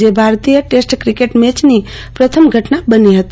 જે ભારતીય test cricket મેચની પ્રથમ ઘટના છે